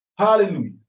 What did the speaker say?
Hallelujah